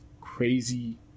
crazy